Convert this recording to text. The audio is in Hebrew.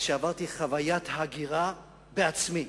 שעברתי חוויית הגירה בעצמי,